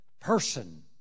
person